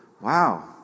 wow